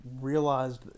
realized